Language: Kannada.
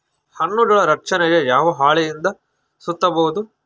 ಹಣ್ಣುಗಳ ರಕ್ಷಣೆಗೆ ಯಾವ ಹಾಳೆಯಿಂದ ಸುತ್ತಬಹುದು?